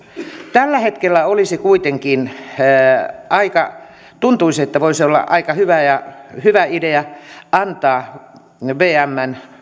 tällä hetkellä kuitenkin tuntuisi että voisi olla aika hyvä idea antaa vmn